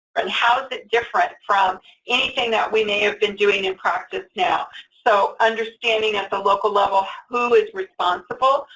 and how is it different from anything that we may have been doing in practice now, so understanding at the local level who is responsible?